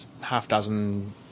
half-dozen